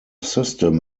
system